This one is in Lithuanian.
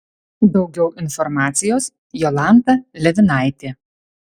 daugiau informacijos jolanta levinaitė